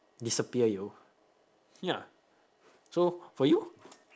disappear yo ya so for you